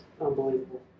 Unbelievable